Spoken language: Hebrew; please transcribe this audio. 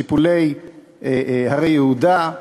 שיפולי הרי יהודה,